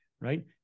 right